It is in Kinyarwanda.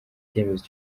cyemezo